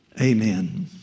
amen